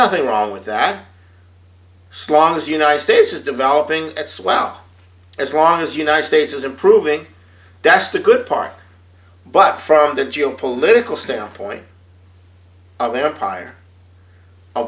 nothing wrong with that strong as united states is developing that's well as long as united states is improving that's the good part but from the geopolitical standpoint of empire